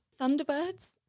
Thunderbirds